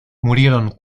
murieron